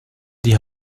die